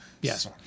Yes